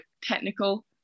technical